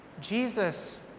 Jesus